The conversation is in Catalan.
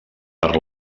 per